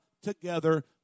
together